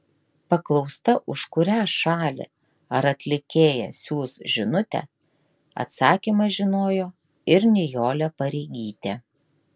paklausta už kurią šalį ar atlikėją siųs žinutę atsakymą žinojo ir nijolė pareigytė